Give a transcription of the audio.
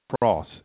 cross